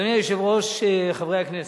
אדוני היושב-ראש, חברי הכנסת,